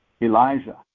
Elijah